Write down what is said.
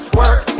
work